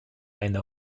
eine